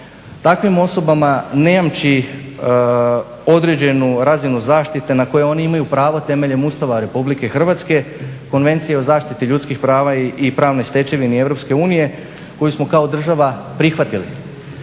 Takvim osobama ne jamči određenu razinu zaštite na koje oni imaju pravo temeljem Ustava Republike Hrvatske, Konvencije o zaštiti ljudskih prava i pravnoj stečevini Europske unije koju smo kao država prihvatili.